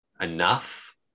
enough